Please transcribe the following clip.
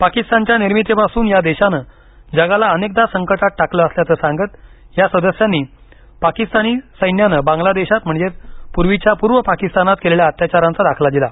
पाकिस्तानच्या निर्मितीपासून या देशानं जगाला अनेकदा संकटात टाकलं असल्याचं सांगत या सदस्यांनी पाकिस्तानी सैन्यानं बांगलादेशात म्हणजेच पूर्वीच्या पूर्व पाकिस्तानात केलेल्या अत्याचारांचा दाखला दिला